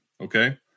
okay